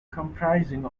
comprising